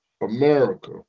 America